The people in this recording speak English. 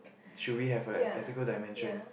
should we have an ethical dimension